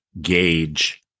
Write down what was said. gauge